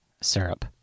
syrup